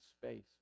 space